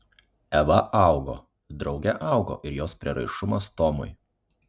eva augo drauge augo ir jos prieraišumas tomui